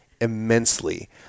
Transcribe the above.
immensely